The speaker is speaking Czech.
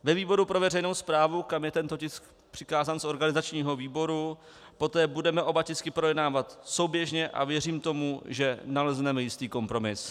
Ve výboru pro veřejnou správu, kam je tento tisk přikázán z organizačního výboru, poté budeme oba tisky projednávat souběžně, a věřím tomu, že nalezneme jistý kompromis.